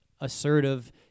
assertive